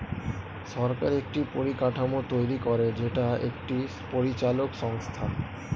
সরকার একটি পরিকাঠামো তৈরী করে যেটা একটি পরিচালক সংস্থা